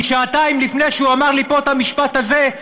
כי שעתיים לפני שהוא אמר לי פה את המשפט הזה,